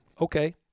okay